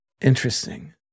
Interesting